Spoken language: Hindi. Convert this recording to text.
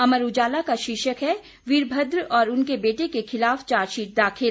अमर उजाला का शीर्षक है वीरमद्र और उनके बेटे के खिलाफ चार्जशीट दाखिल